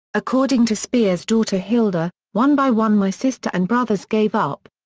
according to speer's daughter hilde, ah one by one my sister and brothers gave up.